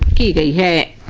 da